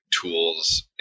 tools